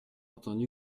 entendu